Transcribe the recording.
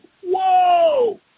whoa